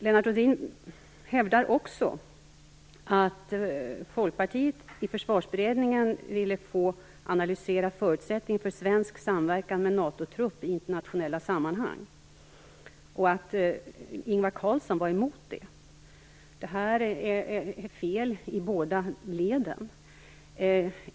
Lennart Rohdin hävdar också att Folkpartiet i Försvarsberedningen ville få analysera förutsättningen för svensk samverkan med NATO-trupp i internationella sammanhang och att Ingvar Carlsson var emot det. Det är fel i båda leden.